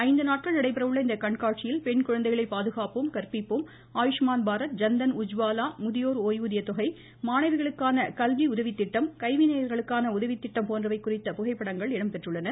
ஐந்துநாட்கள் நடைபெறவுள்ள இந்த கண்காட்சியில் பெண் குழந்தைகளை பாதுகாப்போம் கற்பிப்போம் ஆயுஷ்மான் பாரத் ஜன்தன் உஜ்வாலா முதியோர் ஓய்வூதியத்தொகை மாணவிகளுக்கான கல்வி உதவி திட்டம் கைவினைஞர்களுக்கான உதவி திட்டம் போன்றவை குறித்த புகைப்படங்கள் இடம்பெற்றுள்ளன